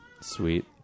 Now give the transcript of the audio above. sweet